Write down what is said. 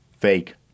Fake